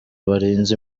barinze